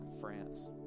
France